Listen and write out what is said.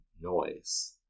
noise